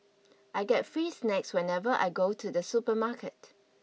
I get free snacks whenever I go to the supermarket